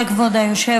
תודה, כבוד היושב-ראש.